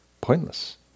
pointless